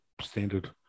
Standard